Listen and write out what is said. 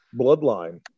Bloodline